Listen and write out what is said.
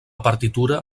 partitura